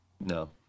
No